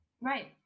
Right